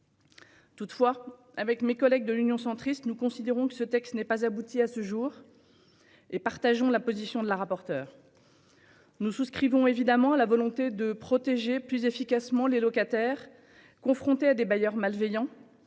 Toutefois, avec mes collègues de l'Union Centriste, nous considérons que ce texte n'est pas abouti, à ce jour, et partageons la position de la rapporteure. Nous souscrivons évidemment à la volonté de protéger plus efficacement les locataires confrontés à des bailleurs malveillants,